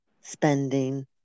spending